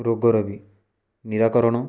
ରୋଗର ବି ନିରାକରଣ